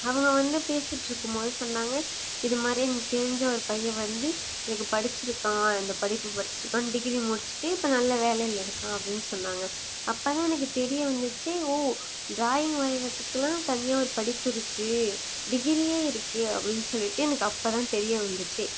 அவங்க வந்து பேசிட்டுருக்கும்போது சொன்னாங்க இது மாதிரி எனக்கு தெரிஞ்ச ஒரு பையன் வந்து இதுக்கு படிச்சுருக்கான் இந்த படிப்பு படிச்சுருக்கான் டிகிரி முடிச்சிவிட்டு இப்போ நல்ல வேலையில இருக்கான் அப்படின் சொன்னாங்க அப்போதான் எனக்கு தெரிய வந்துச்சு ஓ ட்ராயிங் வரைறதுக்கு எல்லாம் தனியாக ஒரு படிப்பு இருக்கு டிகிரியே இருக்கு அப்படின் சொல்லிவிட்டு எனக்கு அப்போதான் தெரிய வந்துச்சே